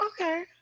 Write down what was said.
okay